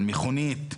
על מכונית.